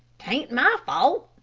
taint my fault,